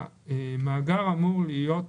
המאגר אמור להיות